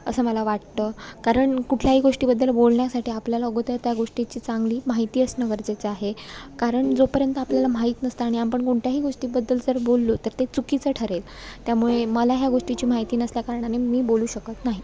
असं मला वाटतं कारण कुठल्याही गोष्टीबद्दल बोलण्यासाठी आपल्याला अगोदर त्या गोष्टीची चांगली माहिती असणं गरजेचं आहे कारण जोपर्यंत आपल्याला माहीत नसतं आणि आपण कोणत्याही गोष्टीबद्दल जर बोललो तर ते चुकीचं ठरेल त्यामुळे मला ह्या गोष्टीची माहिती नसल्या कारणाने मी बोलू शकत नाही